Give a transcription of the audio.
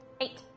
Eight